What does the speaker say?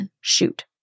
shoot